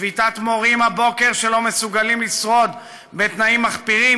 הבוקר שביתת מורים שלא מסוגלים לשרוד בתנאים מחפירים,